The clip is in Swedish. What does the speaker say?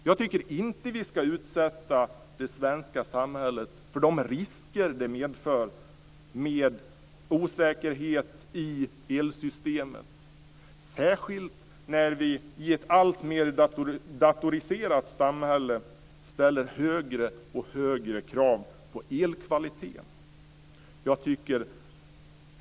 Jag tycker inte att vi ska utsätta det svenska samhället för de risker som osäkerhet i delsystemet medför, särskilt som vi i ett alltmer datoriserat samhälle ställer högre och högre krav på elkvaliteten.